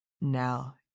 Now